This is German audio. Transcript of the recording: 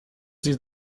sie